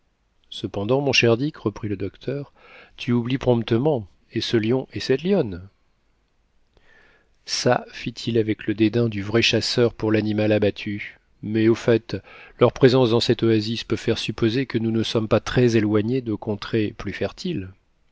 cependant mon cher dick reprit le docteur tu oublies promptement et ce lion et cette lionne ça fit-il avec le dédain du vrai chasseur pour l'animal abattu mais au fait leur présence dans cette oasis peut faire supposer que nous ne sommes pas très éloignés de contrées plus fertiles